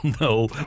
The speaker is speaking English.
No